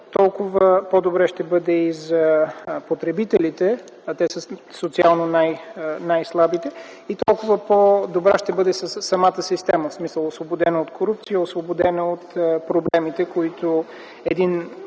толкова по-добре ще бъде и за потребителите, а те са социално най-слабите, толкова по-добре ще бъде за самата система, в смисъл – освободена от корупция, освободена от проблемите, които един